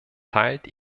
teilt